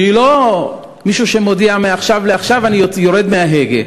מישהו שמודיע מעכשיו לעכשיו: אני יורד מההגה,